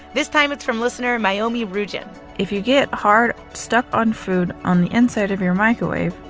this time it's from listener myomi ryujin if you get hard, stuck-on food on the inside of your microwave,